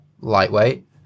lightweight